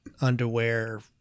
underwear